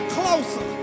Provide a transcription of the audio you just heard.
closer